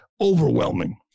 overwhelming